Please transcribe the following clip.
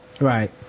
Right